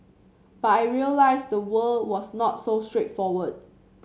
but I realised the world was not so straightforward